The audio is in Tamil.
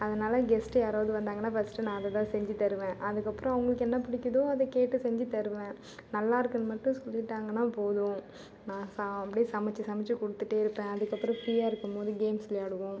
அதனால் கெஸ்ட்டு யாராவது வந்தாங்கனா ஃபஸ்ட்டு நான் அதைதான் செஞ்சுத்தருவேன் அதுக்கப்புறம் அவங்களுக்கு என்ன பிடிக்கிதோ அதை கேட்டு செஞ்சுத்தருவன் நல்லாயிருக்குன் மட்டும் சொல்லிட்டாங்கனா போதும் நான் சா அப்டி சமச்சு சமச்சு கொடுத்துட்டே இருப்பேன் அதுக்கப்புறம் ஃப்ரீயாக இருக்கும் போது கேம்ஸ் விளையாடுவோம்